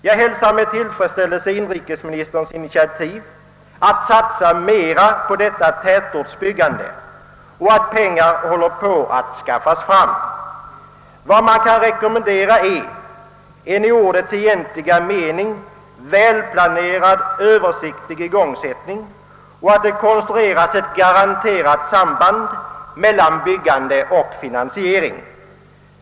Jag hälsar med tillfredsställelse inrikesministerns initiativ att satsa mera på tätortsbyggandet och noterar beskedet att man håller på att skaffa fram pengar. Vad som kan rekommenderas är att det åstadkommes en i ordets egentliga mening välplanerad översiktlig igångsättning samt att ett garanterat samband mellan byggande och finansiering konstrueras.